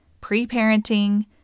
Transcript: pre-parenting